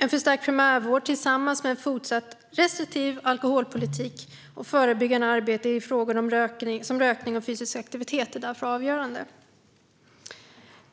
En förstärkt primärvård tillsammans med en fortsatt restriktiv alkoholpolitik och förebyggande arbete i frågor som rökning och fysisk aktivitet är därför avgörande.